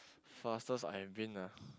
fastest I have been ah